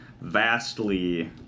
vastly